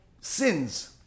sins